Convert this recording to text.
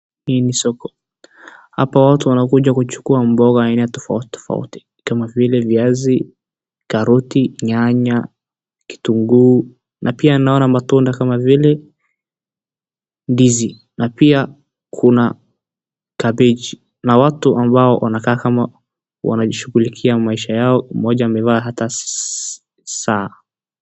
Hii ni soko hapa watu wanakuja kuchukua mboga aina tofauti tofauti kama vile viazi, karoti, nyanya ,kitunguu na pia naona matunda kama vile ndizi na pia kuna kabeji na watu ambao wanakaa kama wanajishughulikia maisha yao huko mmoja amevaa ata saa.